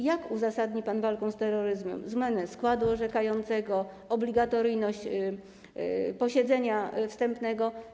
Jak uzasadni pan walką z terroryzmem zmianę składu orzekającego, obligatoryjność posiedzenia wstępnego?